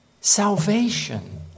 salvation